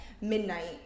midnight